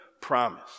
promise